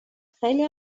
خیلی